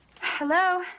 Hello